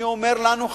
אני אומר לנו,